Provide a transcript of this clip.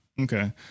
Okay